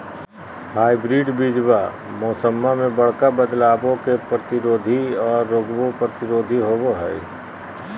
hybrid बीजावा मौसम्मा मे बडका बदलाबो के प्रतिरोधी आ रोगबो प्रतिरोधी होबो हई